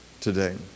today